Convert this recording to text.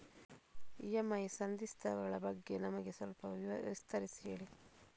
EMI ಸಂಧಿಸ್ತ ಗಳ ಬಗ್ಗೆ ನಮಗೆ ಸ್ವಲ್ಪ ವಿಸ್ತರಿಸಿ ಹೇಳಿ